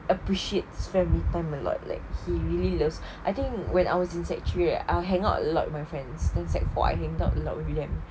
appreciates family time a lot like he really loves I think when I was in sec actually ah I hangout a lot with my friends like sec four I can talk a lot with them